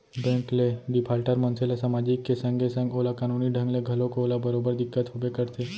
bank ले defaulter मनसे ल समाजिक के संगे संग ओला कानूनी ढंग ले घलोक ओला बरोबर दिक्कत होबे करथे